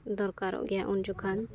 ᱫᱚᱨᱠᱟᱨᱚᱜ ᱜᱮᱭᱟ ᱩᱱ ᱡᱚᱠᱷᱚᱱ